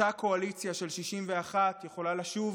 אותה קואליציה של 61 יכולה לשוב